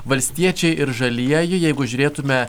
valstiečiai ir žalieji jeigu žiūrėtumėme